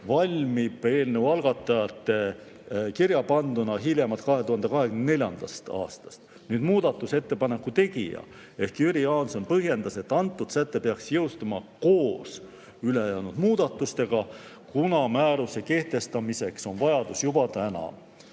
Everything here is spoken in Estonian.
valmib eelnõu algatajate kirjapanduna hiljemalt 2024. aastal. Muudatusettepaneku tegija Jüri Jaanson põhjendas, et see säte peaks jõustuma koos ülejäänud muudatustega, kuna määruse kehtestamiseks on vajadus juba täna.